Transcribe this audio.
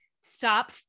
stop